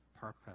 purpose